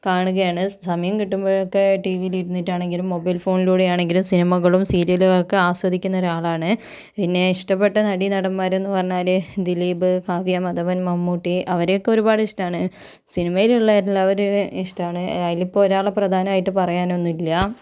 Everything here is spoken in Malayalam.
കാണുകയാണ് സമയം കിട്ടുമ്പോഴൊക്കെ ടിവിയിലിരുന്നിട്ടാണെങ്കിലും മൊബൈൽ ഫോണിലൂടെ ആണെങ്കിലും സിനിമകളും സീരിയലുകളും ഒക്കെ ആസ്വദിക്കുന്ന ഒരാളാണ് പിന്നെ ഇഷ്ടപ്പെട്ട നടി നടന്മാരും പറഞ്ഞാല് ദിലീപ് കാവ്യ മാധവൻ മമ്മൂട്ടി അവരെയൊക്കെ ഒരുപാട് ഇഷ്ടാണ് സിനിമയിലുള്ള എല്ലാവരേയും ഇഷ്ടാണ് അതിലിപ്പോൾ ഒരാള പ്രധാനായിട്ട് പറയാനൊന്നു ഇല്ല